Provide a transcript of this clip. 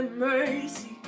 mercy